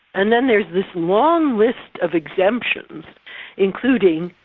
and then there's this long list of exemptions including,